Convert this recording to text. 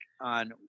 on